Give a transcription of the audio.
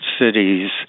cities